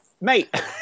Mate